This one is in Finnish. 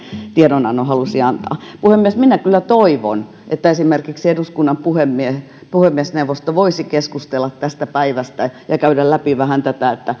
tiedonannon halusi antaa puhemies minä kyllä toivon että esimerkiksi eduskunnan puhemiesneuvosto voisi keskustella tästä päivästä ja käydä vähän